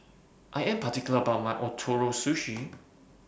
I Am particular about My Ootoro Sushi